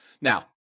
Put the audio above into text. Now